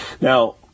Now